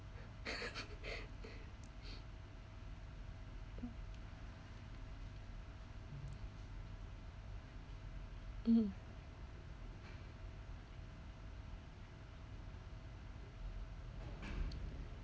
mm